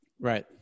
Right